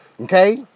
Okay